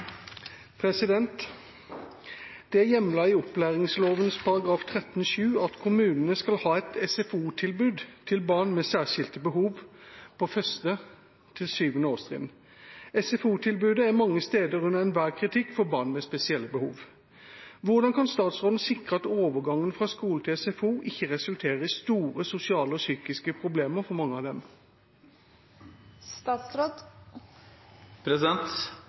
barn med særskilte behov på 1.-7. årstrinn. SFO-tilbudet er mange steder under enhver kritikk for barn med spesielle behov. Hvordan kan statsråden sikre at overgangen fra skole til SFO ikke resulterer i store sosiale og psykiske problemer for mange av